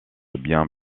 bien